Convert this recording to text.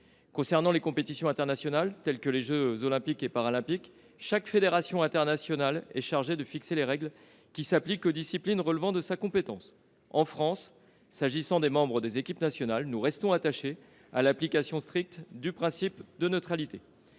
Concernant les compétitions internationales, telles que les jeux Olympiques et Paralympiques, chaque fédération internationale est chargée de fixer les règles qui s’appliquent aux disciplines relevant de sa compétence. En France, s’agissant des membres des équipes nationales, nous restons attachés à l’application stricte du principe de neutralité.